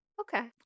Okay